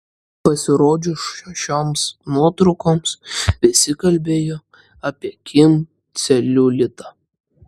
pasirodžius šioms nuotraukoms visi kalbėjo apie kim celiulitą